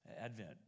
Advent